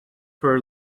for